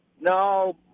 No